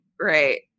Right